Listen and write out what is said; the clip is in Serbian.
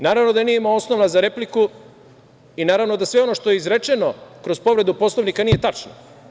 Naravno da nije imao osnova za repliku i naravno da sve ono što je izrečeno kroz povredu Poslovnika nije tačno.